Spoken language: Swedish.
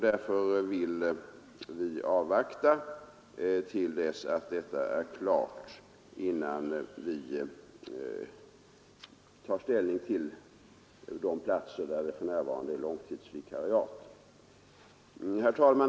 Därför vill vi avvakta till dess att detta är klart, innan vi tar ställning till de platser där tjänster för närvarande upprätthålls på långtidsvikariat. Herr talman!